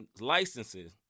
licenses